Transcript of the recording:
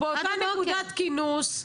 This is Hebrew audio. באותה נקודת כינוס,